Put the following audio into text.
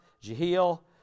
Jehiel